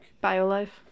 Bio-life